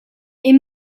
est